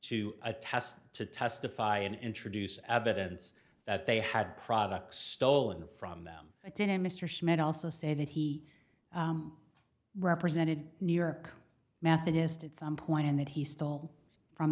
to attest to testify and introduce evidence that they had products stolen from them i didn't mr smith also say that he represented new york mathen ist at some point and that he stole from